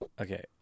okay